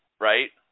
right